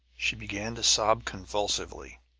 she began to sob convulsively.